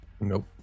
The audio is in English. Nope